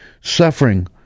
suffering